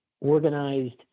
organized